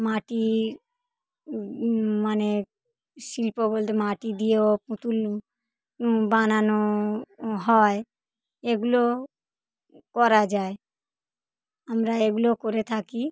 মাটির মানে শিল্প বলতে মাটি দিয়েও পুতুল বানানো হয় এগুলো করা যায় আমরা এগুলো করে থাকি